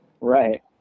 Right